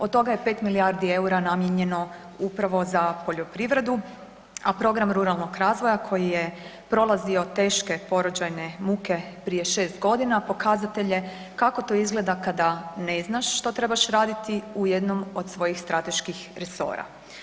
Od toga je 5 milijardi EUR-a namijenjeno upravo za poljoprivredu, a program ruralnog razvoja koji je prolazio teške porođajne muke prije 6 godina pokazatelj je kako to izgleda kada ne znaš što trebaš raditi u jednom od svojih strateških resora.